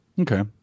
Okay